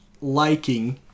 liking